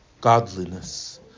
godliness